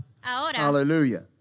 Hallelujah